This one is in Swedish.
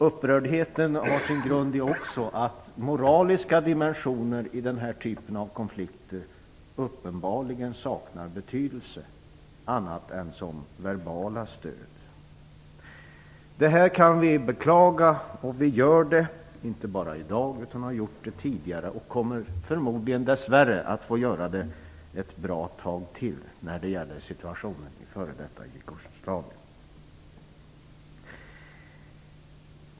Upprördheten har också sin grund i att moraliska dimensioner i den här typen av konflikter uppenbarligen saknar betydelse, annat än som verbala stöd. Vi kan beklaga detta, och vi gör det inte bara i dag. Vi har gjort det tidigare, och vi kommer förmodligen, dess värre, att få göra det ett bra tag till när det gäller situationen i f.d. Jugoslavien.